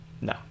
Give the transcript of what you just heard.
no